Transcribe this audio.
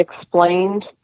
explained